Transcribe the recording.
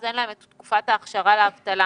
ואין להם תקופת הכשרה לאבטלה.